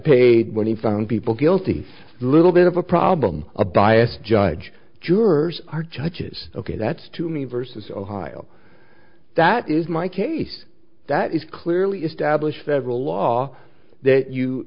paid when he found people guilty little bit of a problem a bias judge jurors are judges ok that's to me versus ohio that is my case that is clearly established federal law that you